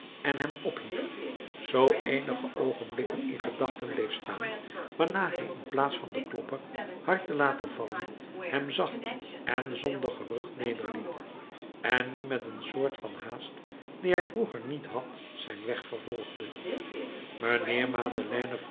en hem ophief zoo eenige oogenblikken in gedachten bleef staan waarna hij in plaats van den klopper hard te laten vallen hem zacht en zonder gerucht nederliet en nu met een soort van haast die hij vroeger niet had zijn weg vervolgde